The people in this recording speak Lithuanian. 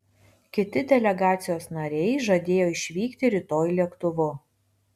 kiti delegacijos nariai žadėjo išvykti rytoj lėktuvu